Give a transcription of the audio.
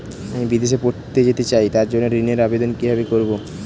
আমি বিদেশে পড়তে যেতে চাই তার জন্য ঋণের আবেদন কিভাবে করব?